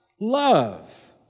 Love